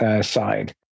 side